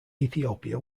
ethiopia